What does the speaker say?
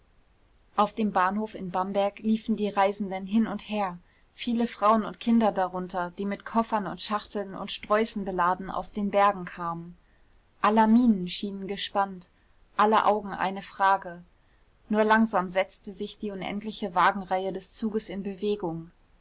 auf dem bahnhof in bamberg liefen die reisenden hin und her viele frauen und kinder darunter die mit koffern und schachteln und sträußen beladen aus den bergen kamen aller mienen schienen gespannt alle augen eine frage nur langsam setzte sich die unendliche wagenreihe des zuges in bewegung